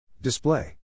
Display